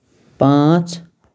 پانٛژھ